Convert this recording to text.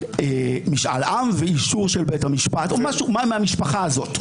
משאל עם ואישור של בית המשפט או משהו מהמשפחה הזאת.